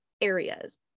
areas